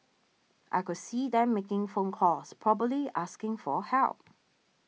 I could see them making phone calls probably asking for help